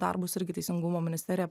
darbus irgi teisingumo ministerija